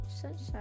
sunshine